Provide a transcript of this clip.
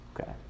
Okay